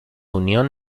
unión